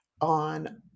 on